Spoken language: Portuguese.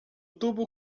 tubo